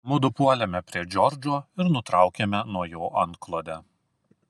mudu puolėme prie džordžo ir nutraukėme nuo jo antklodę